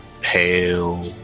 pale